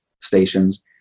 stations